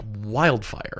wildfire